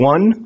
One